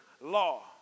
law